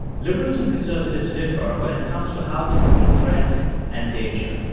liberals and conservatives differ when it comes to how they see threats and danger.